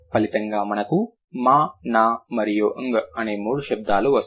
ఫలితంగా మనకు ma na మరియు ng అనే మూడు శబ్దాలు వస్తాయి